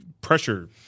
pressure